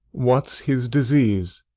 what s his disease?